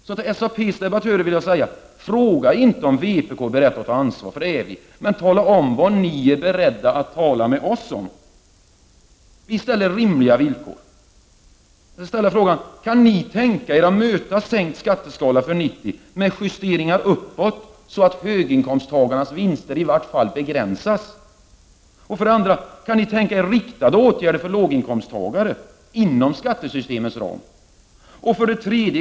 Till SAP:s debattörer vill jag därför säga: Fråga inte om vpk är berett att ta ansvar — det är vi. Men tala om vad ni är beredda att tala med oss om! Vi ställer rimliga villkor. Jag vill ställa följande tre frågor. 1. Kan ni tänka er att möta en sänkt skatteskala för 1990 med justeringar uppåt, så att höginkomsttagarnas vinster i varje fall begränsas? 2. Kan ni tänka er riktade åtgärder för låginkomsttagare, inom skattesystemets ram? 3.